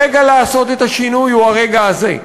הרגע לעשות את השינוי הוא הרגע הזה.